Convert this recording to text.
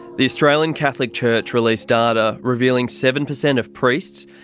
the australian catholic church released data revealing seven percent of priests,